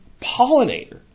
pollinator